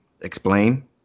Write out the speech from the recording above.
explain